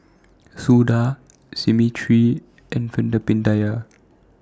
Suda Smriti and Veerapandiya